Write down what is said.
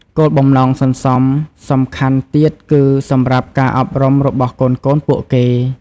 គោលបំណងសន្សំសំខាន់ទៀតគឺសម្រាប់ការអប់រំរបស់កូនៗពួកគេ។